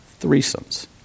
threesomes